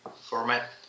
format